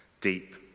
deep